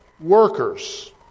workers